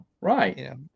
Right